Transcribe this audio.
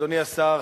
אדוני השר,